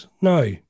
No